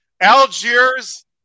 Algiers